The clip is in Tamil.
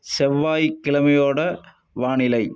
செவ்வாய்கிழமையோட வானிலை